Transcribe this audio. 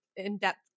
in-depth